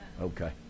okay